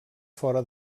fora